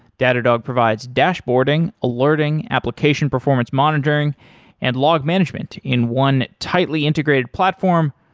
datadog provides dashboarding, alerting, application performance monitoring and log management in one tightly integrated platform,